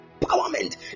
empowerment